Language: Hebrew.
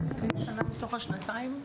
אמרת שנה מתוך השנתיים?